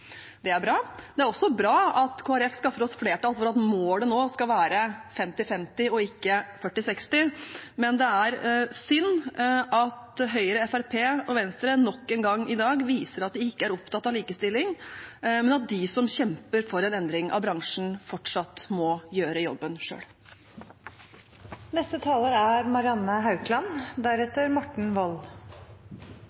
er også bra at Kristelig Folkeparti skaffer oss flertall for at målet nå skal være femti-femti og ikke førti-seksti, men det er synd at Høyre, Fremskrittspartiet og Venstre i dag nok en gang viser at de ikke er opptatt av likestilling, men at de som kjemper for en endring av bransjen, fortsatt må gjøre jobben selv. I dag skal vi behandle flere tiltak som er